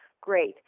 great